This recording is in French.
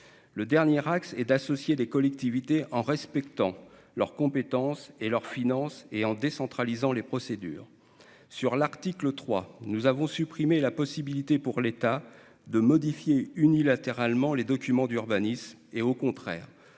le dernier axe et d'associer les collectivités en respectant leurs compétences et leurs finances et en décentralisant les procédures sur l'article 3 nous avons supprimé la possibilité pour l'État de modifier unilatéralement les documents d'urbanisme et au contraire